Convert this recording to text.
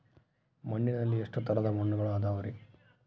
ಮಣ್ಣಿನಲ್ಲಿ ಎಷ್ಟು ತರದ ಮಣ್ಣುಗಳ ಅದವರಿ?